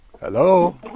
hello